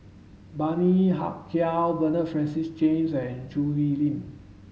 Bani Haykal Bernard Francis James and Choo Hwee Lim